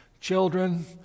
children